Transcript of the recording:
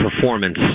performance